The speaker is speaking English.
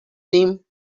name